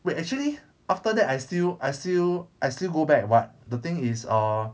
wait actually after that I still I still I still go back but the thing is err